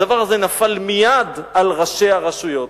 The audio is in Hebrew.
הדבר הזה נפל מייד על ראשי הרשויות,